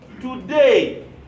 Today